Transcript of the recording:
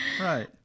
Right